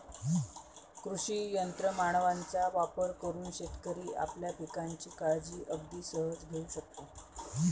कृषी यंत्र मानवांचा वापर करून शेतकरी आपल्या पिकांची काळजी अगदी सहज घेऊ शकतो